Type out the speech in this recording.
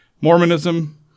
Mormonism